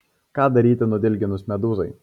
ką daryti nudilginus medūzai